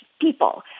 people